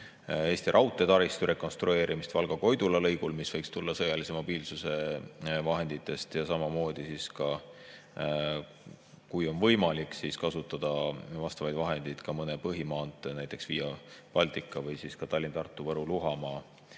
Eesti Raudtee taristu rekonstrueerimist Valga-Koidula lõigul, mis võiks tulla sõjalise mobiilsuse vahenditest, ja samamoodi, kui on võimalik, kasutada vastavaid vahendeid ka mõne põhimaantee, näiteks Via Baltica või ka Tallinna–Tartu–Võru–Luhamaa